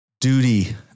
duty